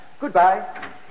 Goodbye